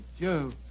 Joe